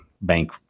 bank